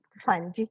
Fun